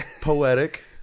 poetic